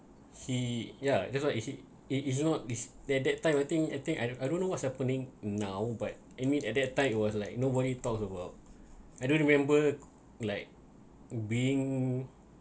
he ya that's why is it it is not is that that time I think I think I I don't know what's happening now but I mean at that time it was like nobody talks about I don't remember like being